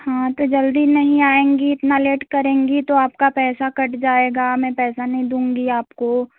हाँ तो जल्दी नहीं आएँगी इतना लेट करेंगी तो आपका पैसा कट जाएगा मैं पैसा नहीं दूँगी आपको